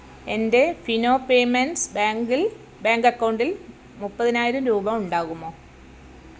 എൻ്റെ ഫിനോ പേയ്മെന്റ്സ് ബാങ്കില് ബാങ്ക് അക്കൗണ്ടിൽ മുപ്പതിനായിരം രൂപ ഉണ്ടാകുമോ